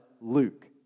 Luke